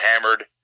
hammered